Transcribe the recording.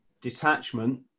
detachment